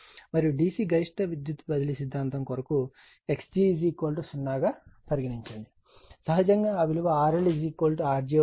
మరియు D C గరిష్ట శక్తి బదిలీ సిద్ధాంతం కొరకు xg 0 గా పరిగణించండి సహజంగా ఆ విలువ RL Rg అవుతుంది